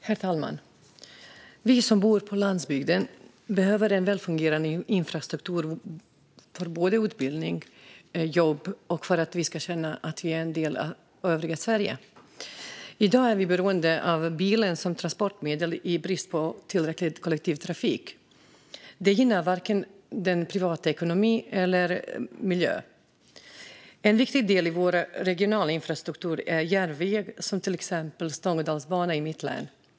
Herr talman! Vi som bor på landsbygden behöver en välfungerande infrastruktur, både för utbildning och jobb och för att vi ska känna att vi är en del av Sverige. I dag är vi beroende av bilen som transportmedel i brist på tillräcklig kollektivtrafik. Det gynnar varken den privata ekonomin eller miljön. En viktig del i vår regionala infrastruktur är järnvägen, till exempel Stångådalsbanan i mitt län.